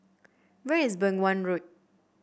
where is Beng Wan Road